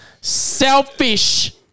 selfish